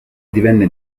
divenne